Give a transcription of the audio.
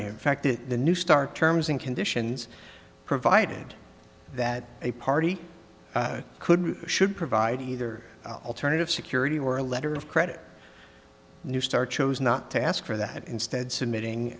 affected the new stark terms and conditions provided that a party could should provide either alternative security or a letter of credit neustar chose not to ask for that instead submitting